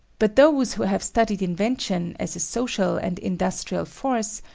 but those who have studied invention, as a social and industrial force,